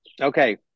Okay